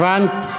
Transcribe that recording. הבנת?